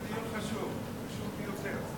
זה דיון חשוב, חשוב ביותר.